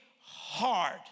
hard